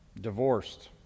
divorced